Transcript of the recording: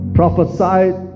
prophesied